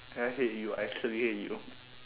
I hate you I actually hate you